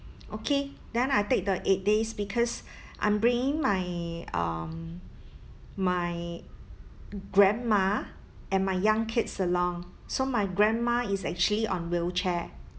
okay then I take the eight days because I'm bringing my um my grandma and my young kids along so my grandma is actually on wheelchair